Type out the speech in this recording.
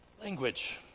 Language